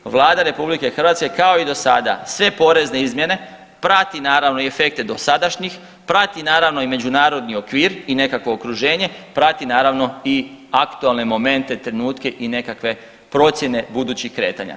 Vlada RH kao i do sada sve porezne izmjene prati naravno i efekte dosadašnji, prati naravno i međunarodni okvir i nekakvo okruženje, prati naravno i aktualne momente, trenutke i nekakve procjene budućih kretanja.